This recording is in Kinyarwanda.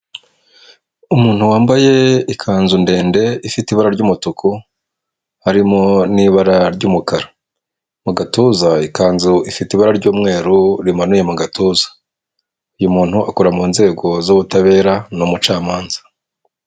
Umuntu wambaye ikanzu ndende ifite ibara ry'umutuku harimo n'ibara ry'umukara, mu gatuza ikanzu ifite ibara ry'umweru rimanuye mu gatuza, uyu muntu akora mu nzego z'ubutabera ni umucamanza.